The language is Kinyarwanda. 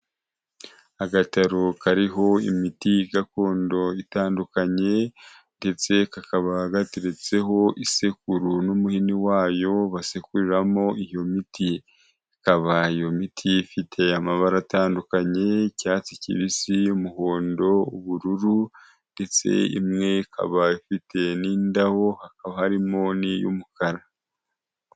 Agataruho kariho imiti gakondo itandukanye ndetse kakaba gateretseho isekuru n'umuhini wayo basekuramo iyo miti ikaba iyo miti ifite amabara atandukanye y'icyatsi kibisi y'umuhondo, ubururu ndetse imwe ikabafite n'indabo hakaba harimo n'iy'umukara.